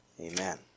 Amen